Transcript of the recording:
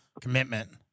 commitment